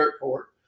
court